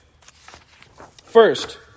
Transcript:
First